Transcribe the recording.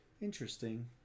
Interesting